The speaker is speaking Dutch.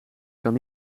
kan